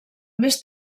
més